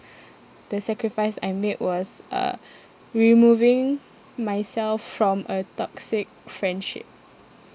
the sacrifice I made was uh removing myself from a toxic friendship